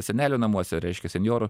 senelių namuose reiškia senjorų